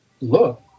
look